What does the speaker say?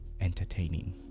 entertaining